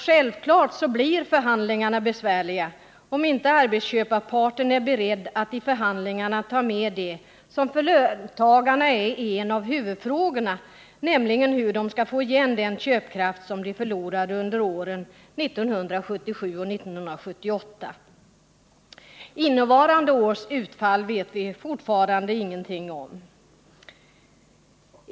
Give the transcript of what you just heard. Självfallet blir förhandlingarna besvärliga, om inte arbetsköparparten är beredd att i förhandlingarna ta med det som för löntagarna är en av huvudfrågorna, nämligen hur de skall få igen den köpkraft som de förlorade under åren 1977 och 1978. Innevarande års utfall vet vi fortfarande ingenting om.